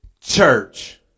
church